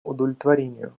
удовлетворению